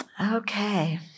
Okay